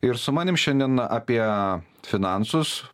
ir su manim šiandien apie finansus